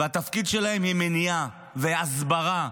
והתפקיד שלהם הוא מניעה והסברה,